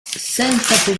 senza